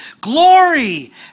glory